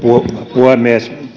puhemies